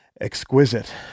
exquisite